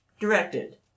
directed